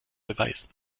beweisen